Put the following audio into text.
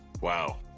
Wow